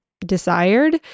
desired